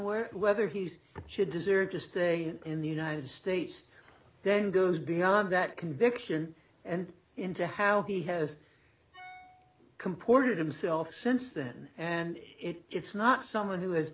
where whether he's should deserve to stay in the united states then goes beyond that conviction and into how he has comported himself since then and it's not someone who has